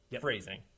Phrasing